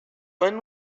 when